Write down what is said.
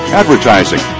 advertising